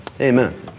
Amen